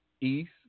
East